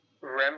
rem